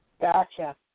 Gotcha